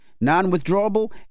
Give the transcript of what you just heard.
Non-withdrawable